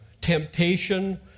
temptation